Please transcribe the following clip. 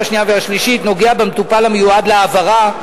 השנייה ולקריאה השלישית נוגע ב"מטופל המיועד להעברה",